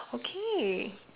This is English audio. okay